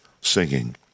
singing